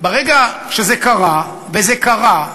ברגע שזה קרה, וזה קרה,